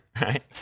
right